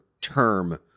term